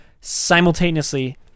simultaneously